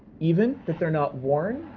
even, that they're not worn,